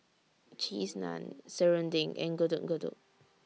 Cheese Naan Serunding and Getuk Getuk